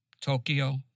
Tokyo